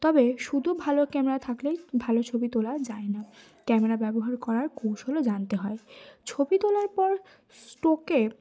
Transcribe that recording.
তবে শুধু ভালো ক্যামেরা থাকলেই ভালো ছবি তোলা যায় না ক্যামেরা ব্যবহার করার কৌশলও জানতে হয় ছবি তোলার পর স্ট্রোকে